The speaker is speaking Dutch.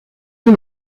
een